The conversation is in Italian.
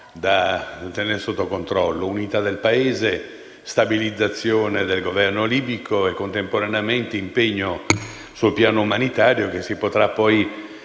da tenere sotto controllo: l'unità del Paese, la stabilizzazione del Governo libico e, contemporaneamente, l'impegno sul piano umanitario, che si potrà poi